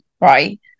Right